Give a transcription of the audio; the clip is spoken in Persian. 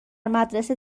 مدرسه